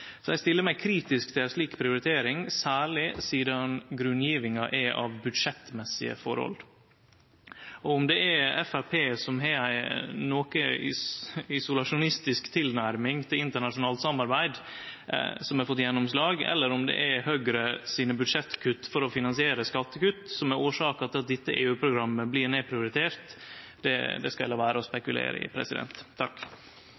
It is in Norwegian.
så eg stiller meg kritisk til ei slik prioritering, særleg sidan grunngjevinga er av budsjettmessige forhold. Om det er Framstegspartiet, som har ei noko isolasjonistisk tilnærming til internasjonalt samarbeid, som har fått gjennomslag, eller om det er Høgre sine budsjettkutt for å finansiere skattekutt som er årsaka til at dette EU-programmet blir nedprioritert, skal eg la vere å